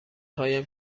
هایم